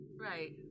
Right